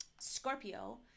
Scorpio